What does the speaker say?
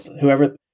whoever